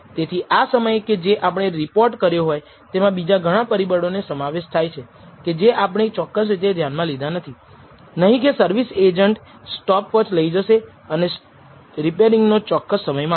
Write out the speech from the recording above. તેથી આ સમયે કે જે આપણે રિપોર્ટ કર્યો તેમા બીજા ઘણા પરિબળો નો સમાવેશ થાય છે કે જે આપણે ચોક્કસ રીતે ધ્યાનમાં લીધા નથી નહીં કે સર્વિસ એજન્ટ સ્ટોપવોચ લઈ જશે અને રીપેરીંગ નો ચોક્કસ સમય માપે